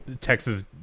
Texas